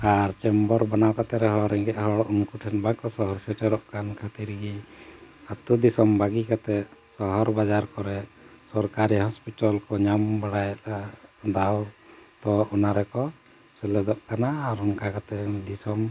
ᱟᱨ chamber ᱵᱮᱱᱟᱣ ᱠᱟᱛᱮ ᱨᱮᱦᱚᱸ ᱨᱮᱸᱜᱮᱡ ᱦᱚᱲ ᱩᱱᱠᱩ ᱴᱷᱮᱱ ᱵᱟᱠᱚ ᱥᱚᱦᱚᱨ ᱥᱮᱴᱮᱨᱚᱜ ᱠᱟᱱ ᱠᱷᱟᱹᱛᱤᱨ ᱜᱮ ᱟᱛᱳ ᱫᱤᱥᱚᱢ ᱵᱟᱹᱜᱤ ᱠᱟᱛᱮᱫ ᱥᱚᱦᱚᱨ ᱵᱟᱡᱟᱨ ᱠᱚᱨᱮ ᱥᱚᱨᱠᱟᱨᱤ ᱦᱚᱸᱥᱯᱤᱴᱟᱞ ᱠᱚ ᱧᱟᱢ ᱵᱟᱲᱟᱭᱮᱫᱟ ᱫᱟᱣ ᱛᱚ ᱚᱱᱟ ᱨᱮᱠᱚ ᱥᱮᱞᱮᱫᱚᱜ ᱠᱟᱱᱟ ᱟᱨ ᱚᱱᱠᱟ ᱠᱟᱛᱮᱫ ᱫᱤᱥᱚᱢ